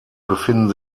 befinden